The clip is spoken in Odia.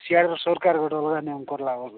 ସିଆଡ଼େ ତ ସରକାର ଗୋଟେ ଭଲ ନିୟମ କଲା ବାକୁ